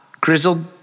grizzled